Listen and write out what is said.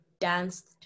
danced